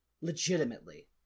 legitimately